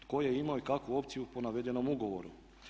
Tko je imao i kakvu opciju po navedenom ugovoru?